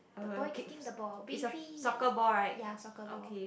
the boy kicking the ball baby yellow ya soccer ball